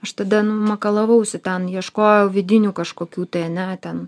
aš tada nu makalavausi ten ieškojau vidinių kažkokių tai ane ten